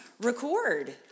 record